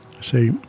say